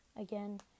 Again